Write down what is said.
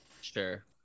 Sure